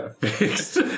fixed